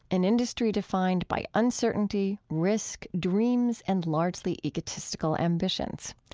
an industry defined by uncertainty, risk, dreams, and largely egotistical ambitions.